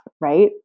right